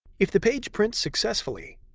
if the page prints successfully,